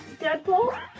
Deadpool